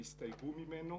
הן הסתייגו ממנו.